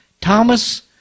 Thomas